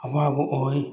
ꯑꯋꯥꯕ ꯑꯣꯏ